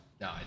No